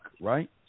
Right